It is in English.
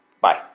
Bye